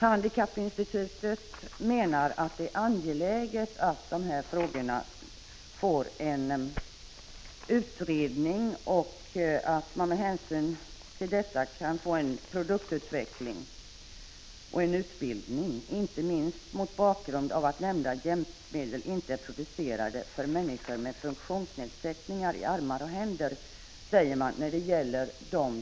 Handikappinstitutet menar att det är angeläget att frågor om sexhjälpmedel för handikappade utreds och att man kan få en produktutveckling och utbildning, inte minst mot bakgrund av att de hjälpmedel som finns i dag inte är producerade för människor med funktionsnedsättningar i armar och händer.